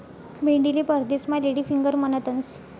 भेंडीले परदेसमा lady finger म्हणतंस